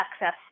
access